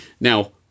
Now